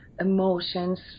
emotions